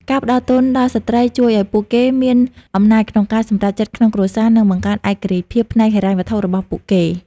ការផ្ដល់ទុនដល់ស្ត្រីជួយឱ្យពួកគេមានអំណាចក្នុងការសម្រេចចិត្តក្នុងគ្រួសារ និងបង្កើនឯករាជ្យភាពផ្នែកហិរញ្ញវត្ថុរបស់ពួកគេ។